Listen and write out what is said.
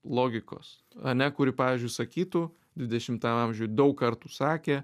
logikos ane kuri pavyzdžiui sakytų dvidešimtam amžiuj daug kartų sakė